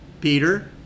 Peter